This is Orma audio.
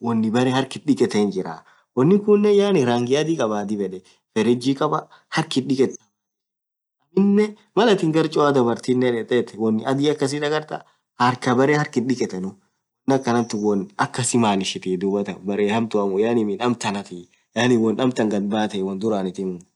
wonin berre harkh ithi dhigethen jirah unin kunen yaani rangi adhi khabaa dhib yedhe fereji khabaa harkh ithi dhiketha dhubinen Mal athin gar choa dhartha dhetheathu wonni adhi akasi dhagartha arkha beree harkh ithidikethenu wonn akhanathu won akasi maanishithi dhuathan berre hamtuamuuu yaani miin amtan thii yaani wonn amtan ghadbathe